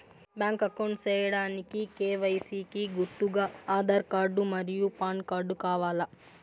Bank account సేయడానికి KYC కి గుర్తుగా ఆధార్ కార్డ్ మరియు పాన్ కార్డ్ కావాలా?